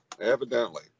Evidently